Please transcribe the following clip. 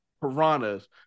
piranhas